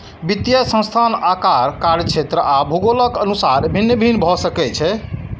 वित्तीय संस्थान आकार, कार्यक्षेत्र आ भूगोलक अनुसार भिन्न भिन्न भए सकै छै